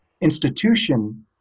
institution